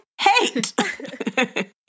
hate